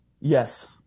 Yes